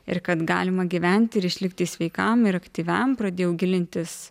ir kad galima gyventi ir išlikti sveikam ir aktyviam pradėjau gilintis